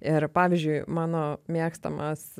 ir pavyzdžiui mano mėgstamas